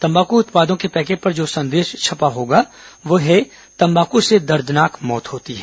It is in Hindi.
तम्बाकू उत्पादों के पैकेट पर जो संदेश छपा होगा वह है तम्बाकू से दर्दनाक मौत होती है